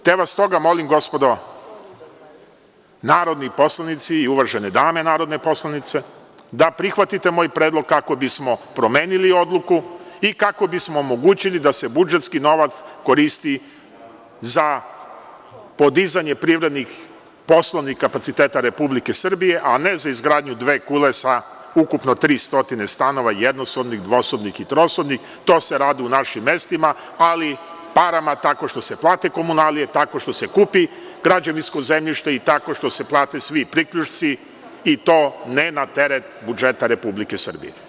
Stoga vas molim, gospodo narodni poslanici i uvažene dame narodne poslanice, da prihvatite moj predlog kako bismo promenili odluku i kako bismo omogućili da se budžetski novac koristi za podizanje privrednih, poslovnih kapaciteta Republike Srbije, a ne za izgradnju dve kule sa ukupno 300 stanova, jednosobnih, dvosobnih i trosobnih, to se radi u našim mestima, ali parama, tako što se plate komunalije, tako što se kupi građevinsko zemljište i tako što se plate svi priključci i to ne na teret budžeta Republike Srbije.